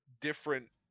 different